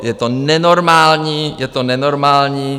Je to nenormální, je to nenormální!